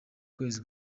kwezi